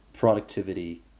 productivity